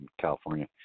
california